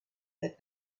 that